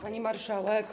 Pani Marszałek!